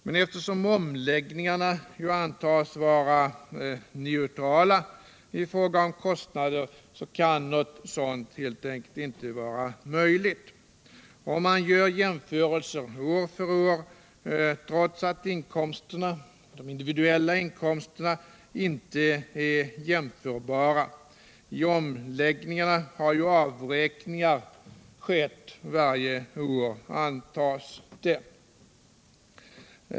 Men eftersom omläggningarna ju antas vara neutrala i fråga om kostnader, kan någonting sådant helt enkelt inte vara möjligt. Och man gör jämförelser år för år, trots att de individuella inkomsterna inte är jämförbara. Vid omläggningarna antas det ju att avräkningar skett varje år.